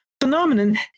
phenomenon